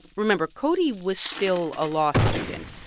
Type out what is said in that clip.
remember, cody was still a law student.